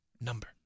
number